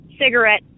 cigarette